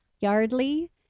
Yardley